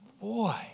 boy